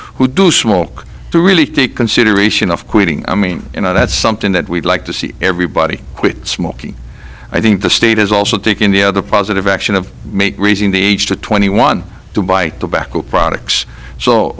who do small to really take consideration of quitting i mean you know that's something that we'd like to see everybody quit smoking i think the state has also taken the other positive action of make raising the age to twenty one to buy tobacco products so